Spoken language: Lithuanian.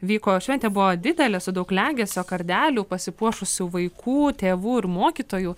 vyko šventė buvo didelė su daug klegesio kardelių pasipuošusių vaikų tėvų ir mokytojų